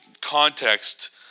context